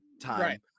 time